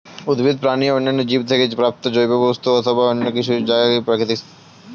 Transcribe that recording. উদ্ভিদ, প্রাণী ও অন্যান্য জীব থেকে প্রাপ্ত জৈব বস্তু অথবা অন্য যা কিছু তাই প্রাকৃতিক